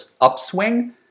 upswing